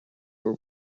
were